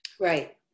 Right